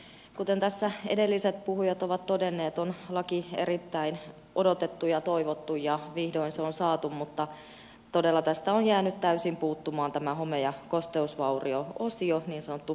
kuten tässä edelliset puhujat ovat todenneet on laki erittäin odotettu ja toivottu ja vihdoin se on saatu mutta todella tästä on jäänyt täysin puuttumaan tämä home ja kosteusvaurio osio niin sanottu homeosa